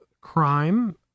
crime